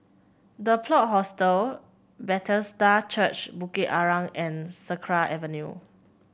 The Plot Hostel Bethesda Church Bukit Arang and Sakra Avenue